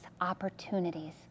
opportunities